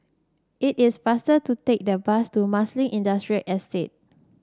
it is faster to take the bus to Marsiling Industrial Estate